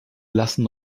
lassen